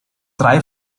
drei